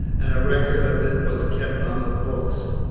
and a record of it was kept on the books.